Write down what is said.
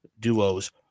Duos